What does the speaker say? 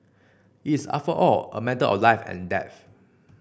it's after all a matter of life and death